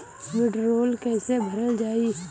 वीडरौल कैसे भरल जाइ?